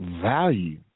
value